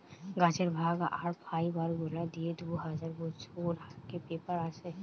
গাছের ভাগ আর ফাইবার গুলা দিয়ে দু হাজার বছর আগে পেপার আসে